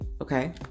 Okay